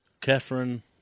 Catherine